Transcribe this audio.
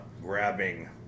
grabbing